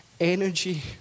energy